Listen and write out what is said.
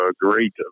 great